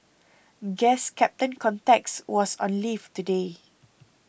guess Captain Context was on leave today